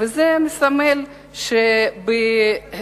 וזה מסמל שלפחות